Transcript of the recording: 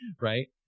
right